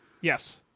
Yes